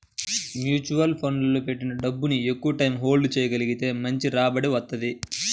mutual ఫండ్లలో పెట్టిన డబ్బుని ఎక్కువటైయ్యం హోల్డ్ చెయ్యగలిగితే మంచి రాబడి వత్తది